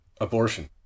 Abortion